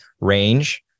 range